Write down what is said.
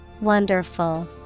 Wonderful